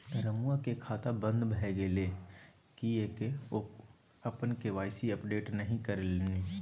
रमुआक खाता बन्द भए गेलै किएक ओ अपन के.वाई.सी अपडेट नहि करेलनि?